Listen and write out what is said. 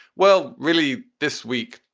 well, really. this week,